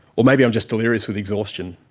or maybe i'm just delirious with exhaustion.